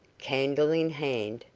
candle in hand,